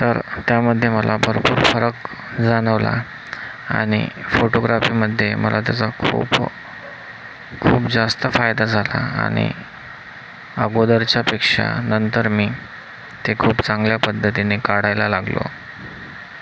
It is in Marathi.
तर त्यामध्ये मला भरपूर फरक जाणवला आणि फोटोग्राफीमध्ये मला त्याचा खूप खूप जास्त फायदा झाला आणि अगोदरच्यापेक्षा नंतर मी ते खूप चांगल्या पद्धतीने काढायला लागलो